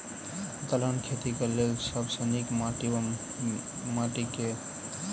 दलहन खेती केँ लेल सब सऽ नीक माटि वा माटि केँ?